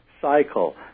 cycle